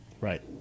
right